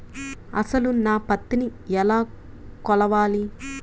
అసలు నా పత్తిని ఎలా కొలవాలి?